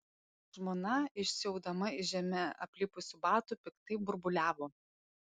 žmona išsiaudama iš žeme aplipusių batų piktai burbuliavo